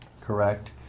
Correct